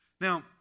Now